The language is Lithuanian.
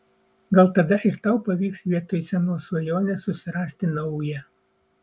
gal tada ir tau pavyks vietoj senos svajonės susirasti naują